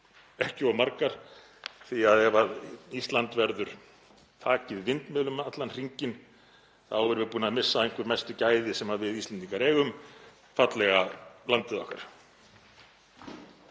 ekki of margar, því að ef Ísland verður þakið vindmyllum allan hringinn þá erum við búin að missa einhver mestu gæði sem við Íslendingar eigum: Fallega landið okkar.